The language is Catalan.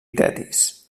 tetis